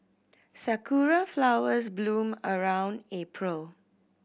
sakura flowers bloom around April